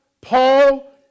Paul